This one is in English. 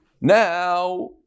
Now